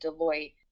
Deloitte